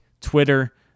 Twitter